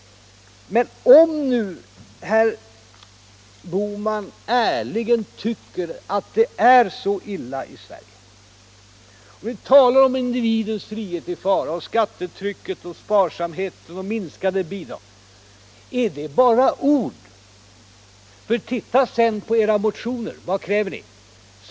Men om nu herr Bohman ärligen tycker att det är så illa i Sverige och talar om individens frihet i fara, skattetrycket, sparsamhet och minskade bidrag — är det bara ord? Titta på era motioner! Vad kräver ni?